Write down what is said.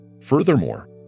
Furthermore